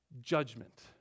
judgment